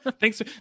Thanks